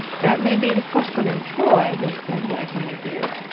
that may be the custom in troy they said, wagging their beards,